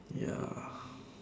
ya